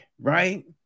right